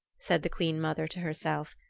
said the queen-mother to herself,